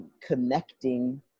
connecting